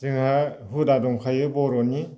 जोंहा हुदा दंखायो बर'नि